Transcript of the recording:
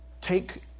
Take